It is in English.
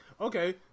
okay